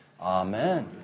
amen